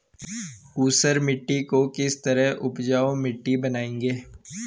ऊसर मिट्टी को किस तरह उपजाऊ मिट्टी बनाएंगे?